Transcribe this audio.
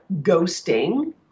ghosting